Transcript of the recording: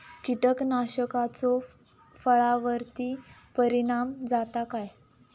कीटकनाशकाचो फळावर्ती परिणाम जाता काय?